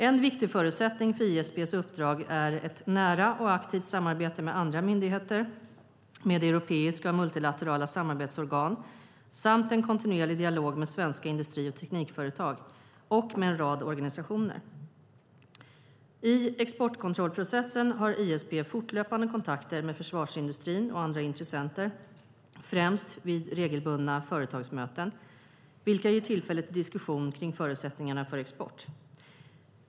En viktig förutsättning för ISP:s uppdrag är ett nära och aktivt samarbete med andra myndigheter och med europeiska och multilaterala samarbetsorgan, samt en kontinuerlig dialog med svenska industri och teknikföretag och en rad organisationer. I exportkontrollprocessen har ISP fortlöpande kontakter med försvarsindustrin och andra intressenter, främst vid regelbundna företagsmöten, vilka ger tillfälle till diskussion kring förutsättningarna för export.